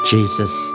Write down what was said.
Jesus